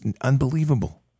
unbelievable